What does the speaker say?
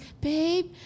babe